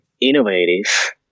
innovative